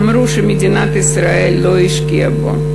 אמרו שמדינת ישראל לא השקיעה בו.